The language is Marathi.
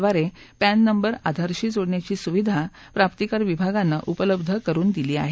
द्वारे पॅन नंबर आधारशी जोडण्याची सुविधा प्राप्तीकर विभागानं उपलब्ध करुन दिली आहे